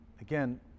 Again